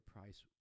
price